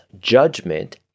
judgment